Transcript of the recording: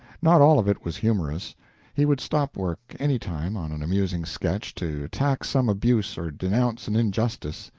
not all of it was humorous he would stop work any time on an amusing sketch to attack some abuse or denounce an injustice,